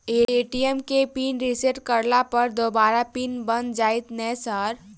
ATM केँ pin reset करला पर दोबारा पिन बन जाइत नै सर?